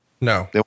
no